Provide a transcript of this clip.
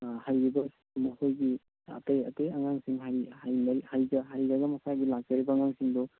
ꯍꯩꯔꯤꯕ ꯃꯈꯣꯏꯒꯤ ꯑꯇꯩ ꯑꯇꯩ ꯑꯉꯥꯡꯁꯤꯡ ꯍꯩꯔꯒ ꯃꯁꯥꯒꯤ ꯂꯥꯛꯆꯔꯤꯕ ꯑꯉꯥꯡꯁꯤꯡꯗꯣ